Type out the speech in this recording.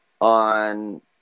on